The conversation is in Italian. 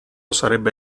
sarebbe